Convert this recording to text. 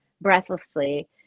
breathlessly